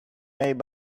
made